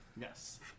Yes